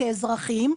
כאזרחים,